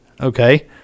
okay